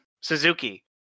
Suzuki